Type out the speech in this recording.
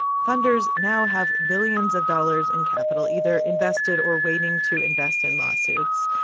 funders now have billions of dollars in capital either invested or waiting to invest in lawsuits.